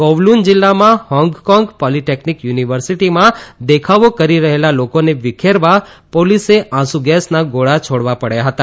Kowloon જીલ્લામાં Hong Kong Polytechnic યુનિવર્સીટીમાં દેખાવો કરી રહેલા લોકોને વિખેરવા પોલીસે આંસુગેસના ગોળા છોડવા હતા